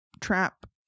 trap